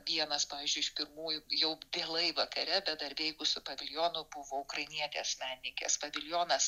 vienas pavyzdžiui iš pirmųjų jau vėlai vakare bet dar veikusių paviljonų buvo ukrainietės menininkės paviljonas